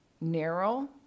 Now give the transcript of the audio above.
narrow